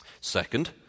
second